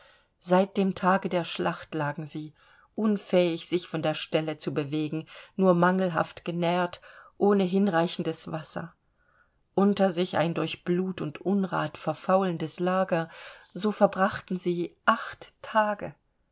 seit dem tage der schlacht lagen sie unfähig sich von der stelle zu bewegen nur mangelhaft genährt ohne hinreichendes wasser unter sich ein durch blut und unrat verfaulendes lager so verbrachten sie acht tage